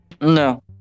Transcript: No